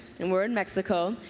and we are in mexico.